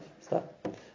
stop